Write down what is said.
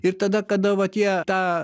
ir tada kada vat jie tą